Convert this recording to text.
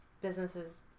businesses